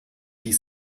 die